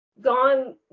gone